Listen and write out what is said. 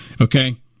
Okay